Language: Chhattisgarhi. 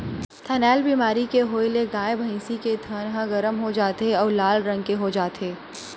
थनैल बेमारी के होए ले गाय, भइसी के थन ह गरम हो जाथे अउ लाल रंग के हो जाथे